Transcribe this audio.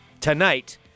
Tonight